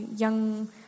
young